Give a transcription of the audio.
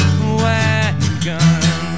wagon